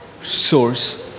source